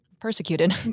persecuted